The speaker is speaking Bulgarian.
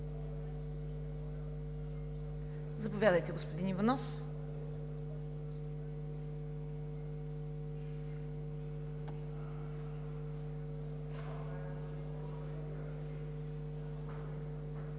Заповядайте, господин Иванов.